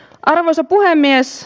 arvoisa puhemies